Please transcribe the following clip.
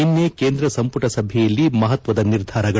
ನಿನ್ನೆ ಕೇಂದ್ರ ಸಂಪುಟ ಸಭೆಯಲ್ಲಿ ಮಹತ್ಸದ ನಿರ್ಧಾರಗಳು